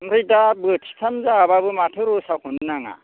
ओमफ्राय दा बोथिथाम जाब्लाबो माथो रसाखौनो नाङा